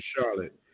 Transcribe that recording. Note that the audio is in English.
Charlotte